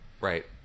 Right